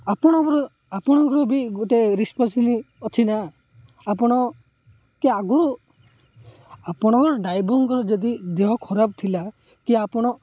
ଆପଣଙ୍କର ଆପଣଙ୍କର ବି ଗୋଟେ ରିସପନ୍ସିବିଲିଟି ହେ ଅଛି ନା ଆପଣ କି ଆଗରୁ ଆପଣଙ୍କର ଡ୍ରାଇଭରଙ୍କର ଯଦି ଦେହ ଖରାପ ଥିଲା କି ଆପଣ